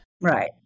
Right